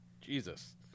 Jesus